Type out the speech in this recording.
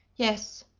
yes.